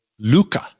Luca